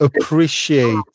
appreciate